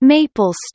Maple